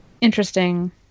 interesting